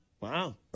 Wow